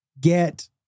get